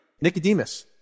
Nicodemus